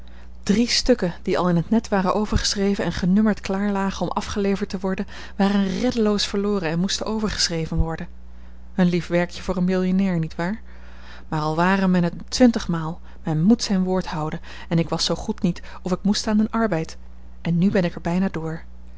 drie stukken die al in t net waren overgeschreven en genummerd klaar lagen om afgeleverd te worden waren reddeloos verloren en moesten overgeschreven worden een lief werkje voor een millionair niet waar maar al ware men het twintigmaal men moet zijn woord houden en ik was zoo goed niet of ik moest aan den arbeid en nu ben ik er bijna door